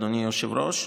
אדוני היושב-ראש,